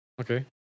Okay